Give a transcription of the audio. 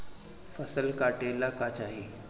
फसल काटेला का चाही?